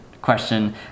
question